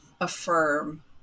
affirm